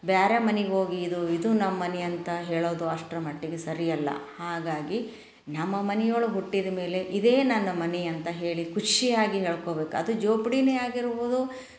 ಬೇರೆ ಮನಿಗೆ ಹೋಗಿ ಇದು ಇದು ನಮ್ಮ ಮನೆ ಅಂತ ಹೇಳೋದು ಅಷ್ಟರ ಮಟ್ಟಿಗೆ ಸರಿಯಲ್ಲ ಹಾಗಾಗಿ ನಮ್ಮ ಮನಿಯೊಳಗೆ ಹುಟ್ಟಿದ ಮೇಲೆ ಇದೇ ನನ್ನ ಮನೆ ಅಂತ ಹೇಳಿ ಖುಷಿಯಾಗಿ ಹೇಳ್ಕೊಬೇಕು ಅದು ಜೋಪಡಿನೆ ಆಗಿರ್ಬೋದು